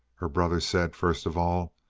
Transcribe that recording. her brother said first of all.